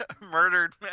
murdered